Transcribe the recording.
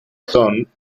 son